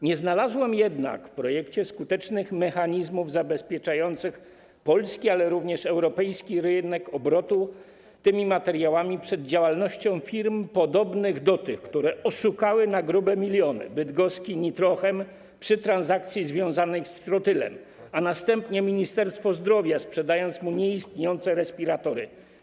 Nie znalazłem jednak w projekcie skutecznych mechanizmów zabezpieczających polski, ale również europejski rynek obrotu tymi materiałami przed działalnością firm podobnych do tych, które oszukały na grube miliony bydgoski Nitro-Chem przy transakcjach związanych z trotylem, a następnie Ministerstwo Zdrowia, sprzedając mu nieistniejące respiratory.